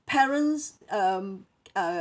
parents um uh